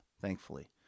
thankfully